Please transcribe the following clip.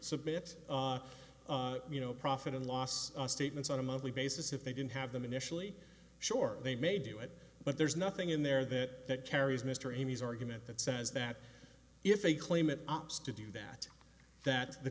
submit you know profit and loss statements on a monthly basis if they didn't have them initially sure they may do it but there's nothing in there that carries mr amy's argument that says that if a claimant ups to do that that the